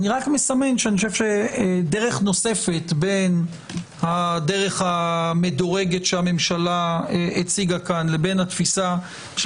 אני חושב שדרך נוספת בין הדרך המדורגת שהממשלה הציגה פה לבין התפיסה של